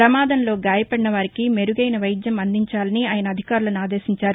ప్రమాదంలో గాయపడిన వారికి మెరుగైన వైద్యం అందించాలని ఆయన అధికారులను ఆదేశించారు